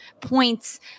points